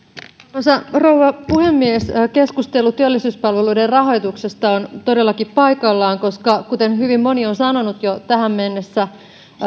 arvoisa rouva puhemies keskustelu työllisyyspalveluiden rahoituksesta on todellakin paikallaan koska kuten hyvin moni on sanonut jo tähän mennessä